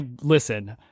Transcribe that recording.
Listen